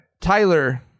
Tyler